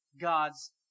God's